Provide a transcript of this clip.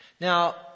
Now